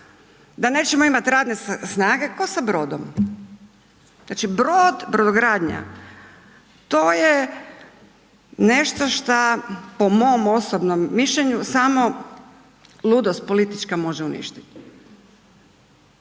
da nećemo imati radne snage kao sa brodom. Znači brod, brodogradnja, to je nešto šta po mom osobnom mišljenju samo ludost politička može uništiti.